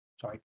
sorry